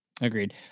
Agreed